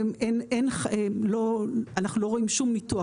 אין, לא, אנחנו לא רואים שום ניתוח.